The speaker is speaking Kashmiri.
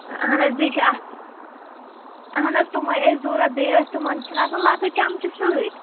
اہن حظ بیٚیہِ چھِ اَتھ اہن حظ تِمَے ٲسۍ ضوٚرَتھ بیٚیہِ ٲسۍ تِمن چھِ نا آسان لۄکٕٹۍ چَمچہٕ سۭتۍ